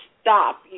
stop